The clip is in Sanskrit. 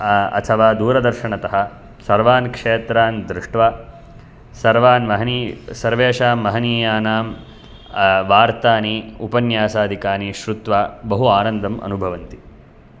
अथवा दूरदर्शनतः सर्वान् क्षेत्रान् दृष्ट्वा सर्वान् महनीय सर्वेषं महनीयानां वार्तानि उपन्यासाधिकानि श्रुत्वा बहु आनन्दम् अनुभवन्ति